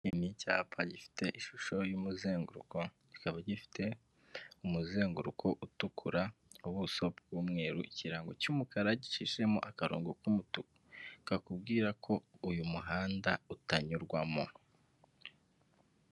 Ni icyapa gifite ishusho y'umuzenguruko kikaba gifite umuzenguruko utukura, ubuso bw'umweru, ikirango cy'umukara gicishijemo akarongo k'umutuku kakubwira ko uyu muhanda utanyurwamo.